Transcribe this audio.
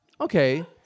Okay